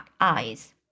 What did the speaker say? eyes